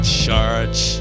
church